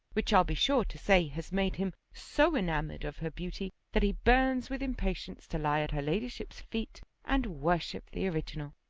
which i'll be sure to say has made him so enamoured of her beauty, that he burns with impatience to lie at her ladyship's feet and worship the original.